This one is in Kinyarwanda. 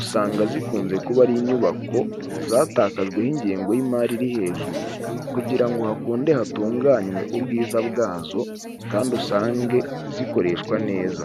usanga zikunze kuba ari inyubako zatakajweho ingengo y'imari iri hejuru kugira ngo hakunde hatunganywe ubwiza bwazo kandi usange zikoreshwa neza.